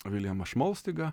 viljamą šmolstygą